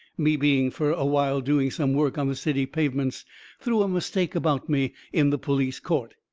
me being fur a while doing some work on the city pavements through a mistake about me in the police court.